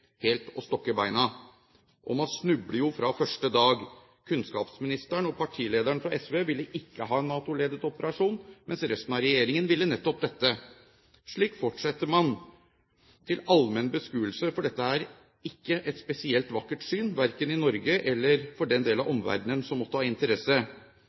helt å stokke bena, og man snubler fra første dag. Kunnskapsministeren, partilederen fra SV, ville ikke ha en NATO-ledet operasjon, mens resten av regjeringen nettopp ville dette. Slik fortsetter man, til allmenn beskuelse. Dette er ikke et spesielt vakkert syn, verken i Norge eller i den del av omverdenen som måtte ha interesse